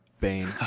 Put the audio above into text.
Bane